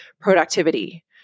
productivity